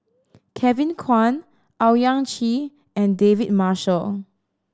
Kevin Kwan Owyang Chi and David Marshall